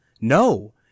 No